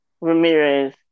Ramirez